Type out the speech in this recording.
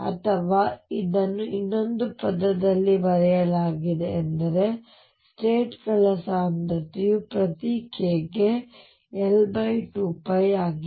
ಅಥವಾ ಇದನ್ನು ಇನ್ನೊಂದು ಪದದಲ್ಲಿ ಬರೆಯಲಾಗಿದೆ ಎಂದರೆ ಸ್ಟೇಟ್ ಗಳ ಸಾಂದ್ರತೆಯು ಪ್ರತಿ k ಗೆ L2π ಆಗಿದೆ